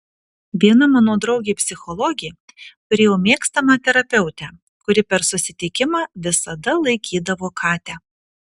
viena mano draugė psichologė turėjo mėgstamą terapeutę kuri per susitikimą visada laikydavo katę